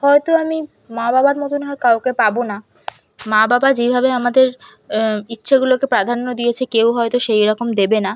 হয়তো আমি মা বাবার মতন আর কাউকে পাবো না মা বাবা যেভাবে আমাদের ইচ্ছেগুলোকে প্রাধান্য দিয়েছে কেউ হয়তো সেইরকম দেবে না